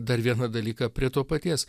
dar vieną dalyką prie to paties